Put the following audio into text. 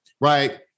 Right